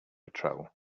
patrol